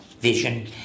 vision